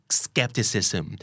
skepticism